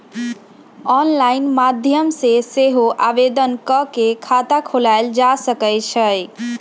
online माध्यम से सेहो आवेदन कऽ के खता खोलायल जा सकइ छइ